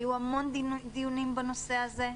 היו המון דיונים בנושא הזה,